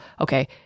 Okay